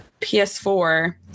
PS4